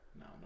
No